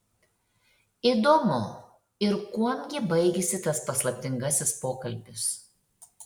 įdomu ir kuom gi baigėsi tas paslaptingasis pokalbis